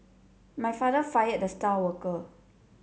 my father fired the star worker